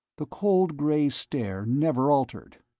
the cold gray stare never altered.